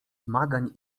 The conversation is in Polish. zmagań